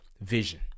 vision